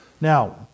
Now